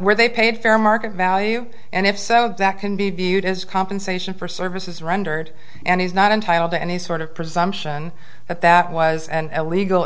were they paid fair market value and if so that can be viewed as compensation for services rendered and he's not entitled to any sort of presumption that that was and illegal